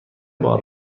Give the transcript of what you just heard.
بار